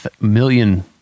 million